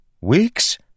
Weeks